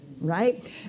right